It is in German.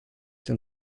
denn